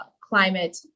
climate